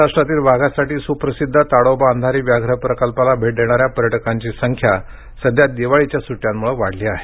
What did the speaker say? महाराष्ट्रातील वाघासाठी सुप्रसिद्ध ताडोबा अंधारी व्याघ्र प्रकल्पाला भेट देणाऱ्या पर्यटकांची संख्या सध्या दिवाळीच्या सुट्यांमुळे वाढली आहे